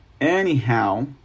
Anyhow